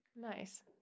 Nice